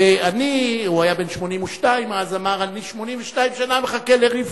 ואני, הוא היה בן 82 אז, אני 82 שנה מחכה לרבקה.